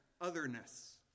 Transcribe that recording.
otherness